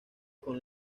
con